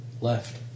left